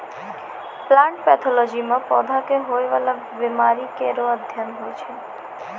plant pathology म पौधा क होय वाला बीमारी केरो अध्ययन होय छै